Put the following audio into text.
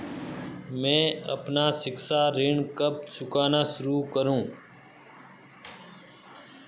मैं अपना शिक्षा ऋण कब चुकाना शुरू करूँ?